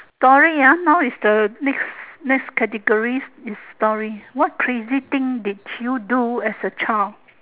story ah now is the next next categories is story what crazy thing did you do as a child